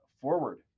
forward